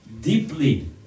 deeply